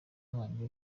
nkongi